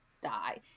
die